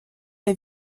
les